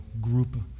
group